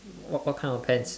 what what kind of pants